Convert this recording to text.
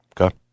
Okay